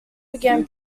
began